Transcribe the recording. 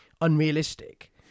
unrealistic